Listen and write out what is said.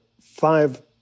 five